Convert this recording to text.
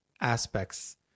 aspects